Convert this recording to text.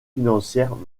financières